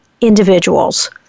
individuals